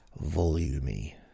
volumey